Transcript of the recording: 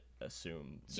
assume